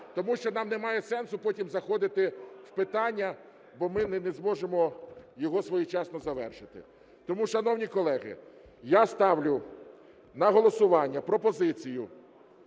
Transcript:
Тому що нам немає сенсу потім заходити в питання, бо ми не зможемо його своєчасно завершити. Тому, шановні колеги, я ставлю на голосування пропозицію